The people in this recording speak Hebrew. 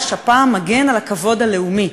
הפעם מגן על הכבוד הלאומי,